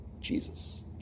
Jesus